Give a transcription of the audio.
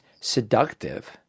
seductive